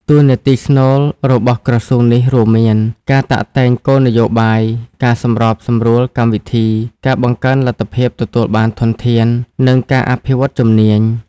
តួនាទីស្នូលរបស់ក្រសួងនេះរួមមាន ការតាក់តែងគោលនយោបាយ ការសម្របសម្រួលកម្មវិធី ការបង្កើនលទ្ធភាពទទួលបានធនធាន និងការអភិវឌ្ឍជំនាញ។